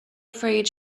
afraid